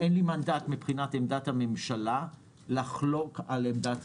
אין לי מנדט כאן מבחינת עמדת הממשלה לחלוק על עמדת